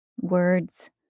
words